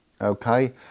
okay